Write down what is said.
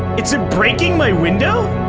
is it breaking my window?